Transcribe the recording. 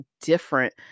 different